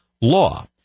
law